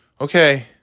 okay